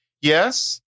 Yes